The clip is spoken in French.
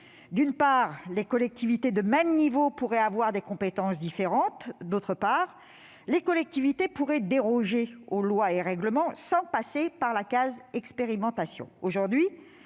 d'une part, les collectivités de même niveau pourraient avoir des compétences différentes ; d'autre part, les collectivités pourraient déroger aux lois et règlements sans passer par la case de l'expérimentation.